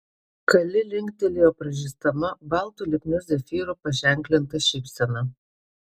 kali linktelėjo pražysdama baltu lipniu zefyru paženklinta šypsena